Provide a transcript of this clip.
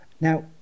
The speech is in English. Now